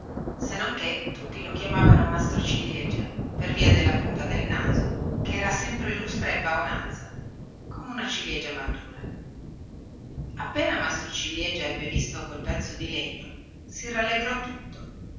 se non che tutti lo chiamavano maestro ciliegia per via della punta del suo naso che era sempre lustra e paonazza come una ciliegia matura appena maestro ciliegia ebbe visto quel pezzo di legno si rallegrò tutto